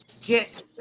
Get